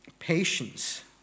patience